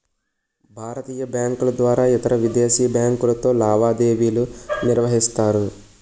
భారతీయ బ్యాంకుల ద్వారా ఇతరవిదేశీ బ్యాంకులతో లావాదేవీలు నిర్వహిస్తారు